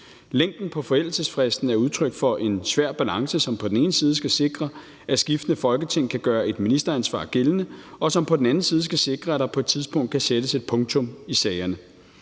Længden på forældelsesfristen er udtryk for en svær balance, som på den ene side skal sikre, at skiftende Folketing kan gøre et ministeransvar gældende, og som på den anden side skal sikre, at der på et tidspunkt kan sættes et punktum i sagerne.